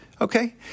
okay